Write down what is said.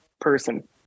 person